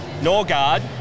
Norgard